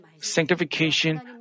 sanctification